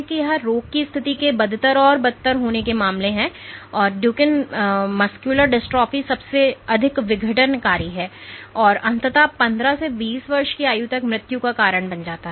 तो यह रोग की स्थिति के बदतर और बदतर होने के मामले में है और ड्यूकिन मस्कुलर डिस्ट्रॉफी सबसे अधिक विघटनकारी है और यह अंततः 15 या 20 वर्ष की आयु तक मृत्यु का कारण बनता है